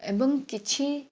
ଏବଂ କିଛି